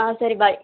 సరే బాయ్